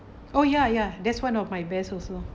oh ya ya that's one of my best also